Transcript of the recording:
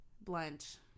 blunt